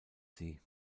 sie